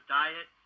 diet